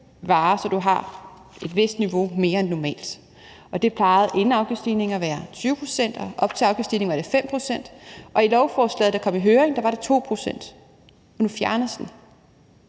så du har til et vist niveau mere end normalt. Det plejede inden afgiftsstigningen at være 20 pct., op til afgiftsstigningen var det 5 pct., og i lovforslaget, der kom i høring, var det 2 pct., og nu fjernes den.